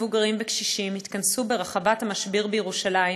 מבוגרים וקשישים יתכנסו ברחבת המשביר בירושלים